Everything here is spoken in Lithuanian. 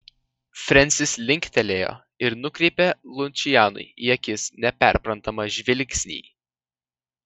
frensis linktelėjo ir nukreipė lučianui į akis neperprantamą žvilgsnį